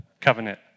covenant